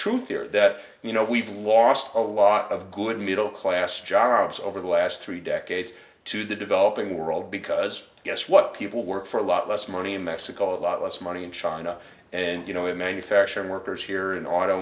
truth here that you know we've lost a lot of good middle class jobs over the last three decades to the developing world because guess what people work for a lot less money in mexico a lot less money in china and you know in manufacturing workers here in